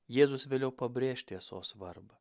jėzus vėliau pabrėš tiesos svarbą